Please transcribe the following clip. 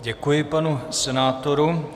Děkuji panu senátorovi.